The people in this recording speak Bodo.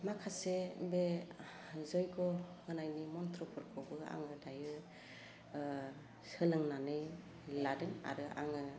माखासे बे जय्ग' होनायनि मन्थ्रफोरखौबो आङो दायो ओह सोलोंनानै लादों आरो आङो